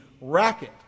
racket